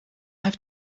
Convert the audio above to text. have